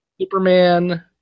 Superman